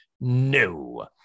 no